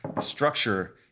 structure